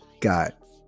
got